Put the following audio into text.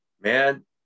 Man